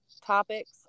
topics